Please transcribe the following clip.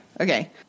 Okay